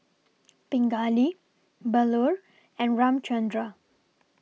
Pingali Bellur and Ramchundra